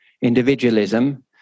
individualism